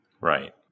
Right